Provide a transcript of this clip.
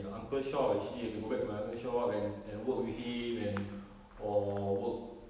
uncle's shop actually I can go back to my uncle's shop and and work with him and or work